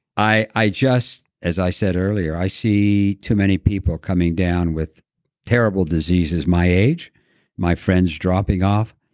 i i just, as i said earlier, i see too many people coming down with terrible diseases my age my friends dropping off.